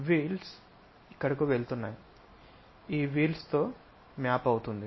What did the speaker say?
wheels ఇక్కడకు వెళ్తున్నాయి ఈ వీల్స్ తో మ్యాప్ సరిపోతుంది